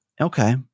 Okay